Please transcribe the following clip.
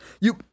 You-